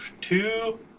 two